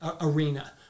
arena